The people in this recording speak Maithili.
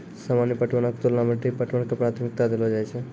सामान्य पटवनो के तुलना मे ड्रिप पटवन के प्राथमिकता देलो जाय छै